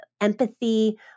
empathy